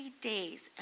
days